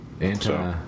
Anti